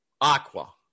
aqua